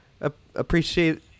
appreciate